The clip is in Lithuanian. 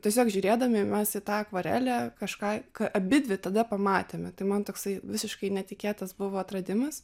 tiesiog žiūrėdami mes į tą akvarelę kažką ką abidvi tada pamatėme tai man toksai visiškai netikėtas buvo atradimas